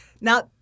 Now